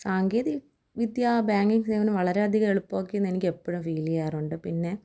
സാങ്കേതികവിദ്യ ബാങ്കിംഗ് സേവനം വളരെ അധികം എളുപ്പാക്കി എന്ന് എനിക്ക് എപ്പോഴും ഫീൽ ചെയ്യാറുണ്ട് പിന്നെ